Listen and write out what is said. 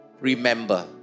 remember